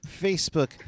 Facebook